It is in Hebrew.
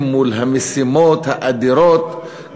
ולכן באמת הצמיחה המאוד-דרסטית במספר החרדים שהם לא במעגל העבודה,